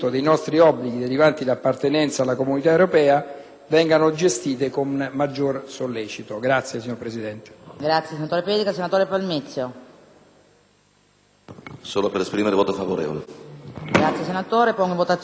solo per esprimere un voto favorevole